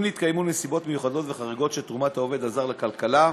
אם נתקיימו נסיבות מיוחדות וחריגות של תרומת העובד הזר לכלכלה,